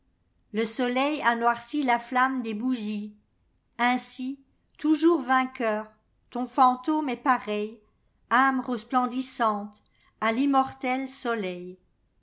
le soleil a noirci la flamme des bougies ainsi toujours vainqueur ton fantôme est pareil ame resplendissante à l'immortel soleili